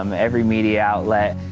um every media outlet.